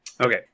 Okay